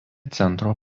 centro